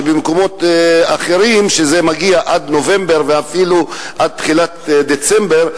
במקומות אחרים זה מגיע עד נובמבר ואפילו עד תחילת דצמבר,